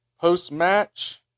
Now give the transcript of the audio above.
Post-match